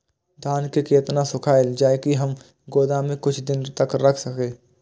धान के केतना सुखायल जाय की हम गोदाम में कुछ दिन तक रख सकिए?